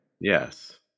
Yes